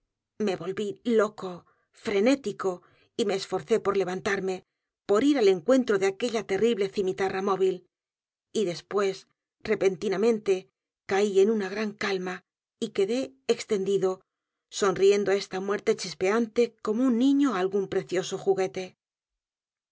me volví loco frenético y me esforcé por levantarme por ir al encuentro de aquella terrible cimitarra móvil y después repentinamente caí en una gran calma y quedé extendido sonriendo á esta muerte chispeante como un niño á algún precioso juguete